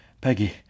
Peggy